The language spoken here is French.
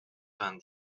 vingt